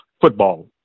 football